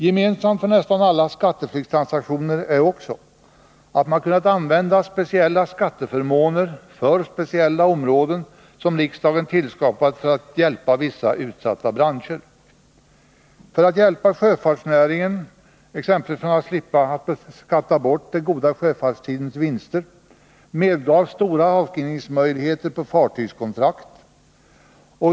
Gemensamt för nästan alla skatteflyktstransaktioner är också att man kunnat använda speciella skatteförmåner för speciella områden som riksdagen tillskapat för att hjälpa vissa utsatta branscher. För att hjälpa sjöfartsnäringen, exempelvis att slippa skatta bort goda sjöfartstiders vinster, medgavs stora avskrivningsmöjligheter på fartygskontrakt.